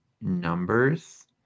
numbers